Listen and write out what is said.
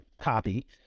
copy